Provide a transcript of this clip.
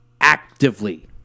actively